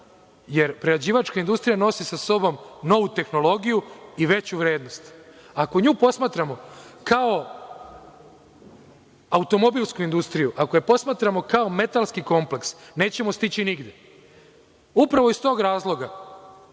jer prerađivačka industrija nosi sa sobom novu tehnologiju i veću vrednost. Ako nju posmatramo kao automobilsku industriju, ako je posmatramo kao metalski kompleks, nećemo stići nigde. Upravo iz tog razloga